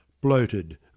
bloated